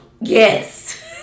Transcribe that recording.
Yes